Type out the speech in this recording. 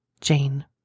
Jane